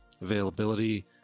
availability